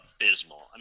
abysmal